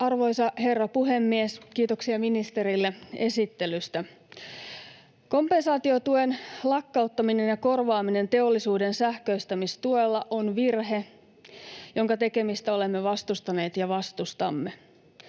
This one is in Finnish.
Arvoisa herra puhemies! Kiitoksia ministerille esittelystä. Kompensaatiotuen lakkauttaminen ja korvaaminen teollisuuden sähköistämistuella on virhe, jonka tekemistä olemme vastustaneet ja vastustamme.